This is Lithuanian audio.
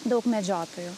daug medžiotojų